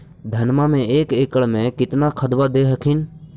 धनमा मे एक एकड़ मे कितना खदबा दे हखिन?